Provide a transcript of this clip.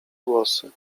głosy